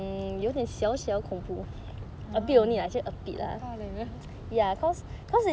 !huh! 我怕 leh